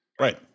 Right